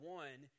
one